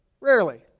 rarely